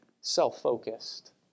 self-focused